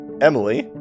Emily